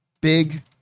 big